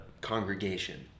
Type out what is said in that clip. congregation